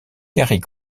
carrie